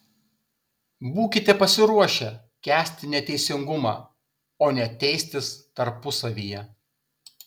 būkite pasiruošę kęsti neteisingumą o ne teistis tarpusavyje